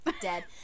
dead